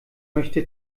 möchte